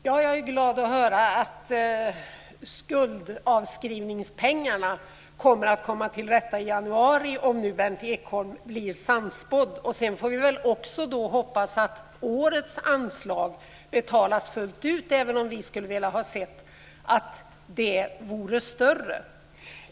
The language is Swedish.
Fru talman! Jag är glad att höra att skuldavskrivningspengarna kommer till rätta i januari, om nu Berndt Ekholm blir sannspådd. Sedan får vi hoppas att årets anslag betalas fullt ut, även om vi gärna hade sett att det vore större.